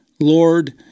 Lord